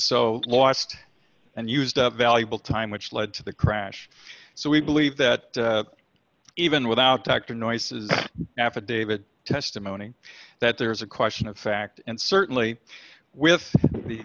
so lost and used up valuable time which led to the crash so we believe that even without dr noises affidavit testimony that there is a question of fact and certainly with